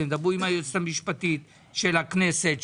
תדברו עם היועצת המשפטית של הכנסת,